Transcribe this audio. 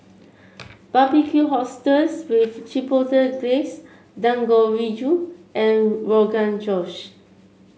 Barbecued Oysters with Chipotle Glaze Dangojiru and Rogan Josh